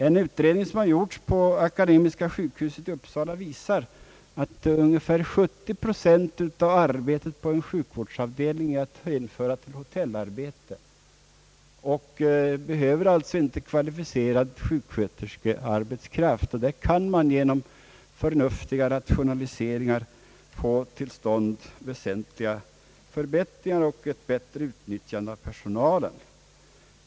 En utredning utförd på akademiska sjukhuset i Uppsala visar att 70 procent av arbetet på en sjukavdelning är att hänföra till hotellarbete, för vilket inte kräves kvalificerad sjuksköterskearbetskraft. Därför kan man genom förnuftiga rationaliseringar få till stånd väsentliga förbättringar och ett effektivare utnyttjande av personalen.